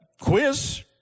quiz